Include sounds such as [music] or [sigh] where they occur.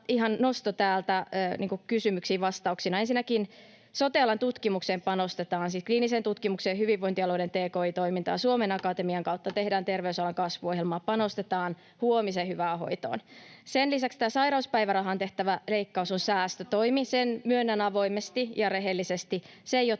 kysymyksiin. Ensinnäkin sote-alan tutkimukseen panostetaan, siis kliiniseen tutkimukseen, hyvinvointialueiden tki-toimintaan, Suomen Akatemian [noise] kautta tehdään terveysalan kasvuohjelmaa, panostetaan huomisen hyvään hoitoon. Sen lisäksi tämä sairauspäivärahaan tehtävä leikkaus on säästötoimi, sen myönnän avoimesti ja rehellisesti.